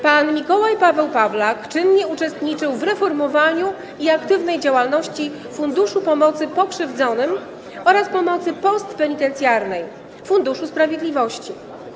Pan Mikołaj Paweł Pawlak czynnie uczestniczył w reformowaniu i aktywnej działalności Funduszu Pomocy Pokrzywdzonym oraz Pomocy Postpenitencjarnej - Funduszu Sprawiedliwości.